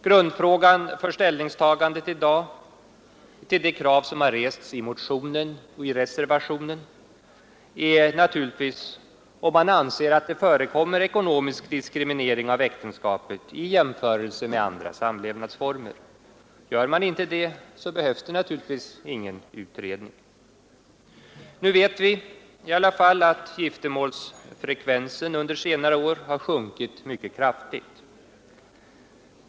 ”Grundfrågan för ställningstagandet i dag till det krav som har rests i motionen och i reservationen är om man anser att det förekommer ekonomisk diskriminering av äktenskapet i jämförelse med andra samlevnadsformer. Gör man inte det, behövs det ingen utredning. Nu vet vi i alla fall att giftermålsfrekvensen under senare år har sjunkit mycket kraftigt.